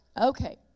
Okay